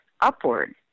upward